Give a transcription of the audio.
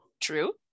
True